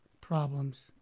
problems